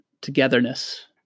togetherness